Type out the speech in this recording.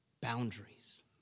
boundaries